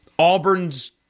Auburn's